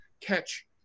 catch